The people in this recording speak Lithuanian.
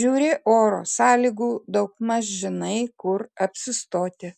žiūri oro sąlygų daugmaž žinai kur apsistoti